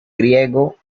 griego